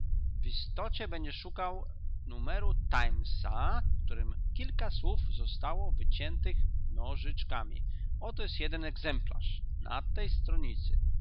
istocie będziesz szukał numeru timesa w którym kilka słów zostało wyciętych nożyczkami oto jest jeden egzemplarz na tej stronicy